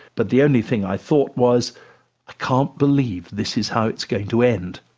but the only thing i thought was, i can't believe this is how it's going to end.